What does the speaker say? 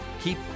keep